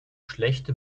schlechte